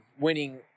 winning